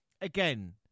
again